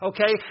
Okay